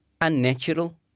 unnatural